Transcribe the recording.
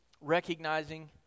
recognizing